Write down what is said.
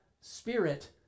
Spirit